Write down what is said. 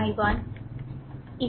আশা 0 miss করেনি